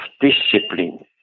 discipline